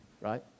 Right